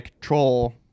troll